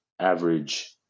average